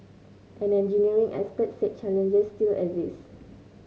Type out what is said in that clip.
an engineering expert said challenges still exist